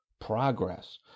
progress